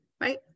right